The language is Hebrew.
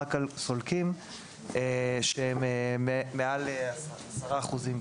רק על סולקים שהם מעל 10 אחוזים,